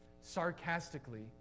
sarcastically